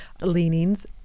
leanings